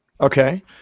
okay